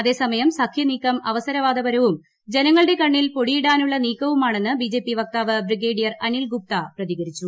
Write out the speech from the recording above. അതേസമയം സഖ്യനീക്കം അവസരവാദപരവും ജനങ്ങളുടെ കണ്ണിൽ പൊടിയിടാനുള്ള നീക്കവുമാണെന്ന് ബിജെപി വക്താവ് ബ്രിഗേഡിയർ അനിൽ ഗുപ്ത പ്രതികരിച്ചു